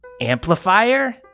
amplifier